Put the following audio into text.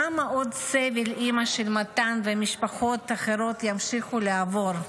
כמה עוד סבל אימא של מתן ומשפחות אחרות ימשיכו לעבור?